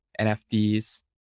NFTs